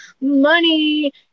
money